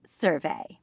survey